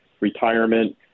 retirement